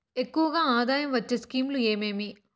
ఎక్కువగా ఆదాయం వచ్చే స్కీమ్ లు ఏమేమీ?